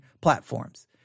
platforms